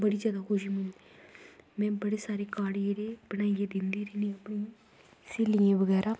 बड़ी जादा खुशी होंदी में बड़े सारे कार्ड जेह्ड़े बनाइयै दिन्नी दिन्नी रैहन्नी अपनी स्हेलियें बगैरा